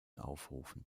aufrufen